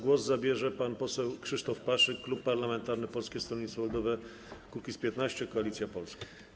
Głos zabierze pan poseł Krzysztof Paszyk, klub parlamentarny Polskie Stronnictwo Ludowe - Kukiz15 - Koalicja Polska.